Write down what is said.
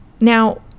Now